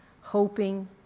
hoping